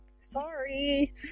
sorry